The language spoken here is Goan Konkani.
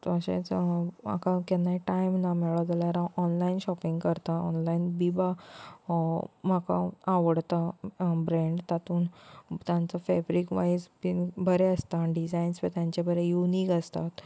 तशेंच हांव म्हाका केन्नाय टायम ना मेळ्ळो जाल्यार हांव ऑनलायन शॉपींग करता ऑनलायन बिबा म्हाका आवडता ब्रँड वा तातून तांचो फेब्रीक बायज बीन बरे आसता डिजायन बी तांचें बरें युनीक आसता